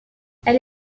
elle